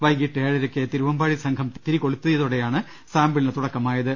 വൈകീട്ട് ഏഴരയ്ക്ക് തിരു വമ്പാടി സംഘം തിരികൊളുത്തിയതോടെയാണ് സാമ്പി ളിന് തുടക്കമായത്